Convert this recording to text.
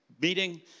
meeting